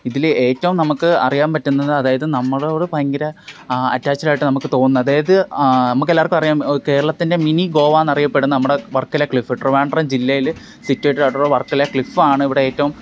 ഇതിൽ ഏറ്റവും നമുക്ക് അറിയാൻ പറ്റുന്നത് അതായത് നമ്മളോട് ഭയങ്കര അറ്റാച്ച്ഡ് ആയിട്ട് നമുക്ക് തോന്നുന്ന അതായത് നമുക്ക് എല്ലാവർക്കും അറിയാം കേരളത്തിൻ്റെ മിനി ഗോവ എന്ന് അറിയപ്പെടുന്ന നമ്മുടെ വർക്കല ക്ലിഫ് ട്രിവാൻഡ്രം ജില്ലയിൽ സിറ്റുവേറ്റഡായിട്ടുള്ള വർക്കല ക്ലിഫാണ് ഇവിടെ ഏറ്റവും